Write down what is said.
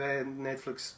Netflix